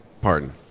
pardon